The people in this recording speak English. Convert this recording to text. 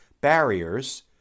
barriers